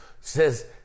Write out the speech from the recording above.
says